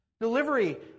Delivery